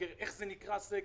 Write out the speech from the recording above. איך זה סגר.